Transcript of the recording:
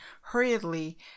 hurriedly